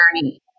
journey